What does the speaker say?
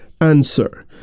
answer